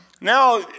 now